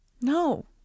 No